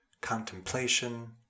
contemplation